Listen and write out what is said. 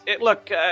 look